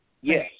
Yes